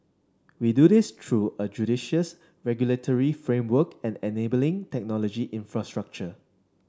we do this through a judicious regulatory framework and enabling technology infrastructure